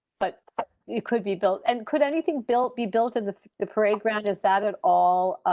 but it could be built and could anything built be built in the parade ground? is that at all